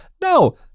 No